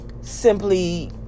simply